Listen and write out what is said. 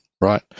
right